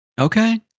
Okay